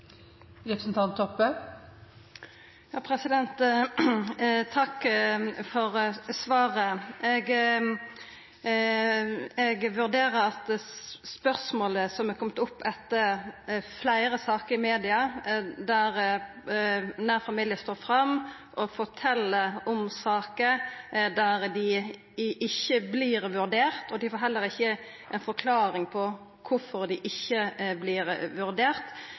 Takk for svaret. Eg vurderer det slik når det gjeld spørsmålet som er kome opp etter fleire saker i media, der nær familie står fram og fortel om saker der dei ikkje vert vurderte, og dei heller ikkje får ei forklaring på kvifor dei ikkje